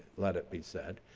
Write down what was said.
let it be said.